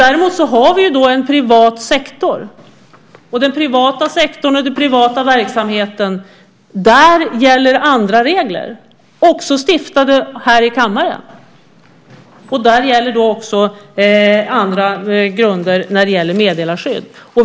Däremot har vi en privat sektor, och i den privata sektorn och den privata verksamheten gäller andra regler - också stiftade här i kammaren. Där gäller också andra grunder när det gäller meddelarskydd.